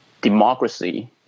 democracy